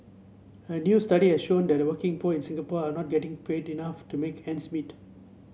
a new study has shown that the working poor in Singapore are not getting pay enough to make ends meet